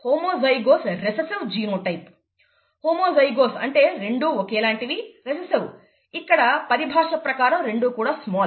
homozygous అంటే రెండూ ఒకేలాంటివి రెసెసివ్ ఇక్కడ పరిభాష ప్రకారం రెండూ కూడా స్మాల్